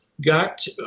got